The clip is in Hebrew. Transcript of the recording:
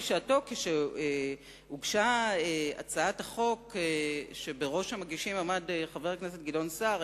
בשעתו כשהוגשה הצעת החוק ובראש המגישים עמד חבר הכנסת גדעון סער,